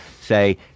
say